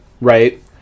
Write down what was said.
Right